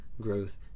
growth